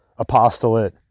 apostolate